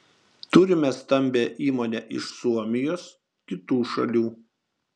turime stambią įmonę iš suomijos kitų šalių